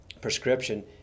prescription